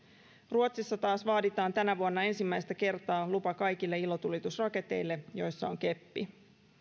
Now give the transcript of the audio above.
ruotsissa taas vaaditaan tänä vuonna ensimmäistä kertaa lupa kaikille ilotulitusraketeille joissa on keppi